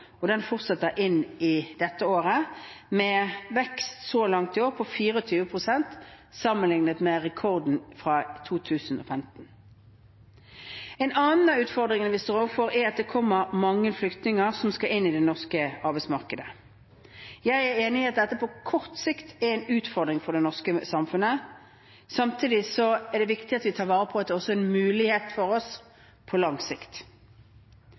og den fortsetter inn i dette året med vekst så langt i år på 24 pst. sammenlignet med rekorden fra 2015. En annen utfordring vi står overfor, er at det kommer mange flyktninger som skal inn i det norske arbeidsmarkedet. Jeg er enig i at dette på kort sikt er en utfordring for det norske samfunnet. Samtidig er det viktig at vi tar vare på at det på lang sikt også er en mulighet for oss.